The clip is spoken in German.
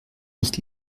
nicht